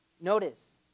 Notice